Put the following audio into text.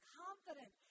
confident